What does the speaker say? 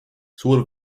suur